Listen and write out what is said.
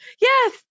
yes